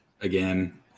again